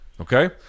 Okay